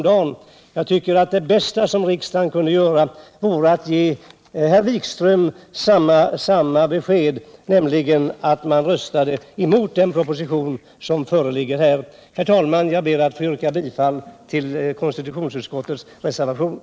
Det bästa riksdagen kunde göra vore att ge herr Wikström samma besked genom att gå emot den här propositionen. Herr talman! Jag ber att få yrka bifall till reservationen i konstitutionsutskottet.